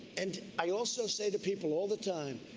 and i also say to people all the time,